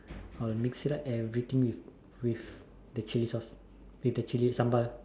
I'll mix it up everything with the chili sauce with the chili sambal